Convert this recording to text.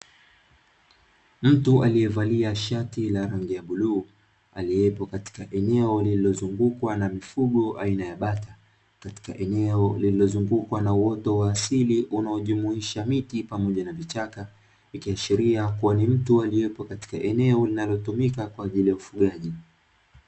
Mtu aliyevalia shati la rangi ya blue aliepo katika eneo lililozungukwa na mifugo aina ya bata, katika eneo lililozungukwa na uoto wa asili unaojumuisha miti pamoja na vichaka, ikiashiria kuwa ni mtu aliyepo katika eneo linalotumika kwa ajili ya ufugaji.